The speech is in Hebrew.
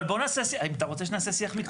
אתה רוצה שנעשה שיח מקצועי,